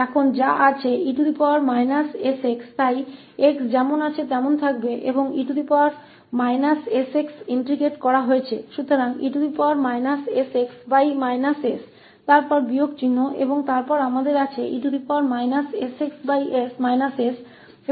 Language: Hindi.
तोe sx s फिर ऋण चिह्न और फिर हमारे पास e sx s है और यह ऋण और वह ऋण इसे जोड़ देगा